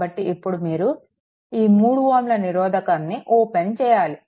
కాబట్టి ఇప్పుడు మీరు ఈ 3 Ω నిరోధకంను ఓపెన్ చేయాలి